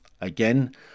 Again